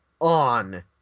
on –